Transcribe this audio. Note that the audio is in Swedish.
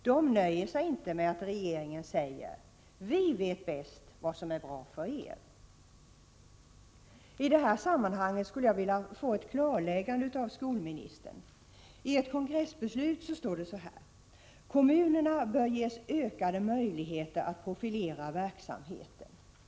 De nöjer sig inte med att regeringen säger: Vi vet bäst vad som är bra för er. I det här sammanhanget skulle jag vilja få ett klarläggande av skolministern. I ert kongressbeslut står det så här: Kommunerna bör ges ökade möjligheter att profilera verksamheten.